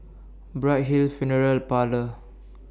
Bright Hill Funeral Parlour